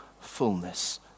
fullness